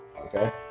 Okay